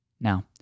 Now